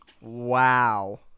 Wow